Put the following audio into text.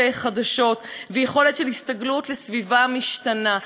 חדשות ויכולת הסתגלות לסביבה משתנה.